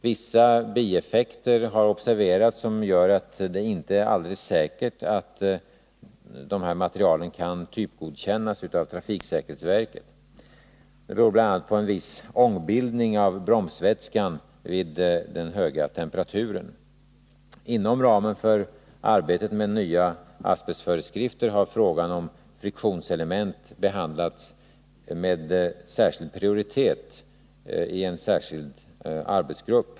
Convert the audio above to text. Vissa bieffekter har observerats som gör att det inte är alldeles säkert att dessa material kan typgodkännas av trafiksäkerhetsverket. Det beror bl.a. på en viss ångbildning av bromsvätskan vid den höga temperaturen. Inom ramen för arbetet med nya föreskrifter för användningen av asbest har frågan om friktionselement behandlats med särskild prioritet i en särskild arbetsgrupp.